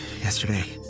yesterday